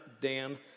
Dan